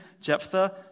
Jephthah